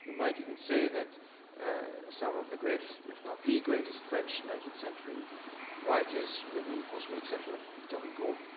might even say that some of the greatest, if not the greatest, french nineteenth century writers with the possible exception of victor hugo,